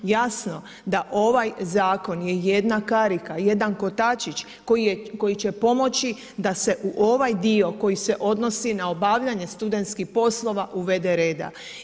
Jasno da ovaj zakon je jedna karika, jedan kotačić, koji će pomoći da se u ovaj dio koji se odnosi na obavljanje studentskih poslova uvede reda.